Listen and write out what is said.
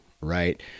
Right